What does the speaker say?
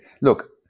Look